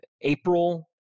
April